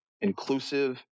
inclusive